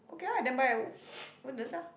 okay ah then buy at woo~ Woodlands ah